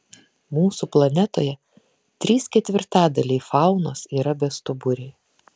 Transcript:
mūsų planetoje trys ketvirtadaliai faunos yra bestuburiai